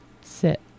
sit